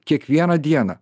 kiekvieną dieną